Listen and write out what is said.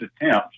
attempts